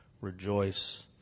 rejoice